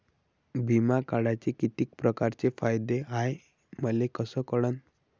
बिमा काढाचे कितीक परकारचे फायदे हाय मले कस कळन?